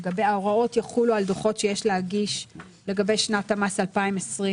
ההוראות יחולו על דוחות שיש להגיש לגבי שנת המס 2022,